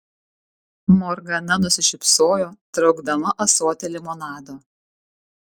morgana nusišypsojo traukdama ąsotį limonado